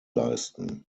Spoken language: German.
leisten